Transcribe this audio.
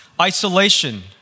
isolation